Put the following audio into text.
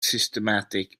systematic